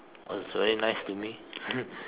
but it's very nice to me